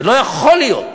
זה לא יכול להיות,